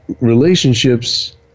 relationships